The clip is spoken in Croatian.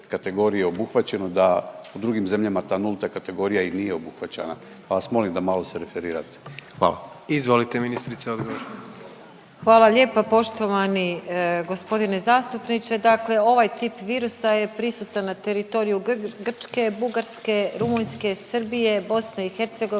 kategorije obuhvaćeno, da u drugim zemljama ta nulta kategorija i nije obuhvaćana. Pa vas molim da malo se referirate. Hvala. **Jandroković, Gordan (HDZ)** Izvolite ministrice, odgovor. **Vučković, Marija (HDZ)** Hvala lijepa poštovani gospodine zastupniče. Dakle ovaj tip virusa je prisutan na teritoriju Grčke, Bugarske, Rumunjske, Srbije, Bosne i Hercegovine,